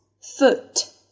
Foot